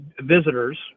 visitors